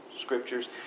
Scriptures